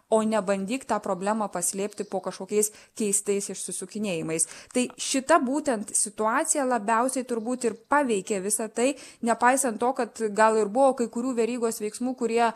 o nebandyk tą problemą paslėpti po kažkokiais keistais išsisukinėjimais tai šita būtent situacija labiausiai turbūt ir paveikė visą tai nepaisant to kad gal ir buvo kai kurių verygos veiksmų kurie